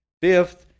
Fifth